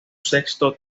sexto